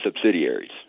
subsidiaries